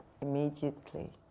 immediately